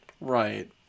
Right